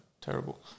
terrible